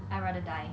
I rather die